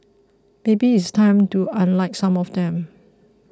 maybe it's time to unlike some of them